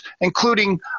including